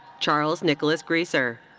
charles nicholas griesser.